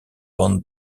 von